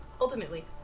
Ultimately